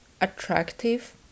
attractive